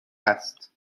است